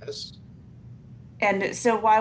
yes and so why